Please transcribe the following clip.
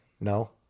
No